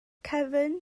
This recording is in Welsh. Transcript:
cefn